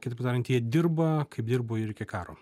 kitaip tariant jie dirba kaip dirbo ir iki karo